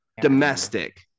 Domestic